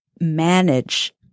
manage